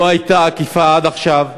לא הייתה אכיפה עד עכשיו.